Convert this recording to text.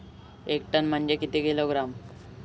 एक टन म्हनजे किती किलोग्रॅम?